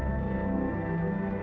and